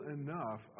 enough